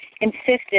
insisted